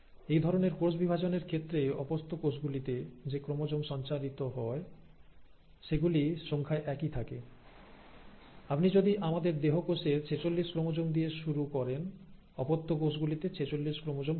এই ধরনের কোষ বিভাজনের ক্ষেত্রে অপত্য কোষ গুলিতে যে ক্রোমোজোম সঞ্চারিত হয় সেগুলি সংখ্যায় একই থাকে আপনি যদি আমাদের দেহ কোষের 46 ক্রোমোজোম দিয়ে শুরু করেন অপত্য কোষ গুলিতে 46 ক্রোমোজোম থাকবে